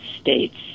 states